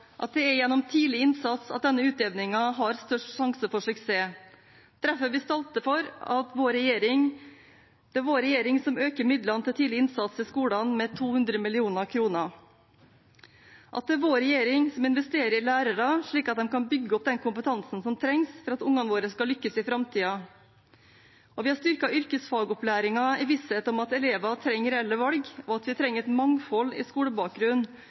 at det er gjennom tidlig innsats at denne utjevningen har størst sjanse for suksess. Derfor er vi stolte over at det er vår regjering som øker midlene til tidlig innsats i skolen med 200 mill. kr, og at det er vår regjering som investerer i lærere, slik at de kan bygge opp den kompetansen som trengs for at ungene våre skal lykkes i framtiden. Vi har styrket yrkesfagopplæringen i visshet om at elever trenger reelle valg, og at vi trenger et mangfold i skolebakgrunn